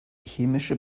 chemische